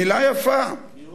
מלה יפה, נכון.